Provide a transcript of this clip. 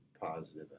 positive